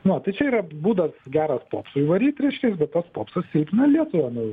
no tai čia yra būdas geras popsui varyt reiškias bet tas pospas silpnina lietuvą nu